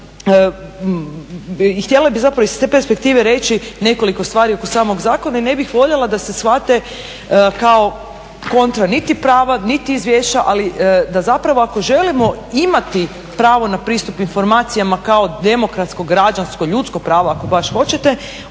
htjela bih zapravo iz te perspektive reći nekoliko stvari oko samog zakona. Ne bih voljela da se shvate kao kontra niti prava niti izvješća ali da zapravo ako želimo imati pravo na pristup informacijama kao demokratsko, građansko, ljudsko pravo ako baš hoćete